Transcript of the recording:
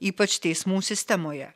ypač teismų sistemoje